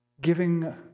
giving